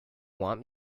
want